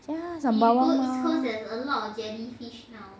sembawang now